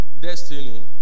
Destiny